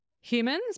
humans